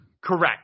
Correct